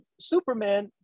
Superman